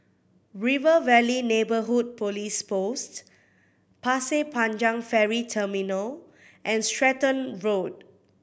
River Valley Neighbourhood Police Post Pasir Panjang Ferry Terminal and Stratton Road